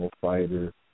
fighter